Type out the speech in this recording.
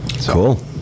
Cool